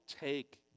take